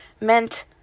meant